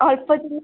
ଅଳ୍ପ ଦିନରେ